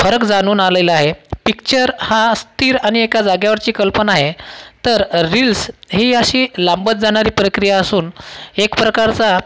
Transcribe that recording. फरक जाणवून आलेला आहे पिच्चर हा स्थिर आणि एका जागेवरची कल्पना आहे तर रील्स ही अशी लांबत जाणारी प्रक्रिया असून एकप्रकारचा